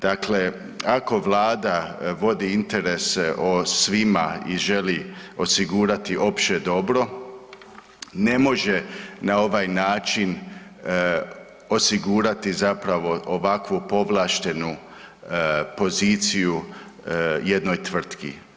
Dakle, ako Vlada vodi interese o svima i želi osigurati opće dobro ne može na ovaj način osigurati zapravo ovakvu povlaštenu poziciju jednoj tvrtki.